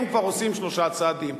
הם כבר עושים שלושה צעדים.